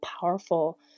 powerful